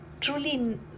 truly